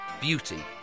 Beauty